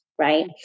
right